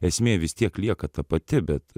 esmė vis tiek lieka ta pati bet